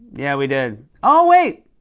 yeah, we did. oh, wait!